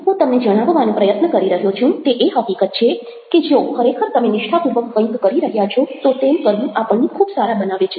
હું તમને જણાવવાનો પ્રયત્ન કરી રહ્યો છું તે એ હકીકત છે કે જો ખરેખર તમે નિષ્ઠાપૂર્વક કઈંક કરી રહ્યા છો તો તેમ કરવું આપણને ખૂબ સારા બનાવે છે